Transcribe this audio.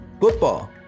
football